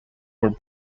were